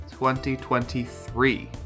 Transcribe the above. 2023